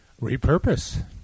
Repurpose